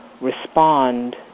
respond